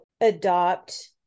adopt